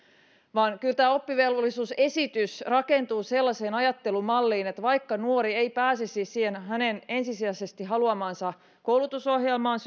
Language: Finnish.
vaan kyllä tämä oppivelvollisuusesitys rakentuu sellaiseen ajattelumalliin että vaikka nuori ei pääsisi siihen hänen ensisijaisesti haluamaansa koulutusohjelmaan